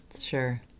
Sure